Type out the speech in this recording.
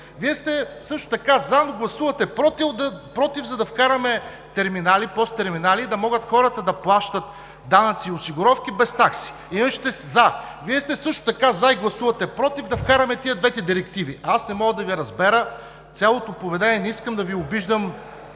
Вие сте също така за, но гласувате „против“, за да вкараме ПОС терминали, за да могат хората да плащат данъци и осигуровки без такси. Иначе сте за. Вие сте също така за и гласувате „против“ да вкараме тези двете директиви. Аз не мога да Ви разбера цялото поведение. Не искам да Ви обиждам,